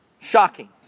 shocking